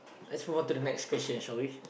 let's move on to the next question shall we